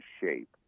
shape